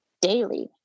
daily